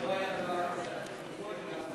חבר הכנסת גפני.